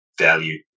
value